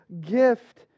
gift